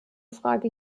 frage